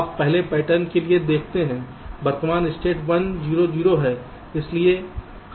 आप पहले पैटर्न के लिए देखते हैं वर्तमान स्टेट 1 0 0 है